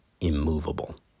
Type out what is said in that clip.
immovable